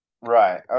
Right